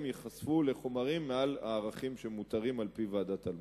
ייחשפו לחומרים מעל הערכים המותרים על-פי ועדת-אלמוג.